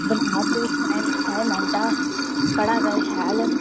बना तूं साइन असाइनमेंटां पढ़ै कर शैल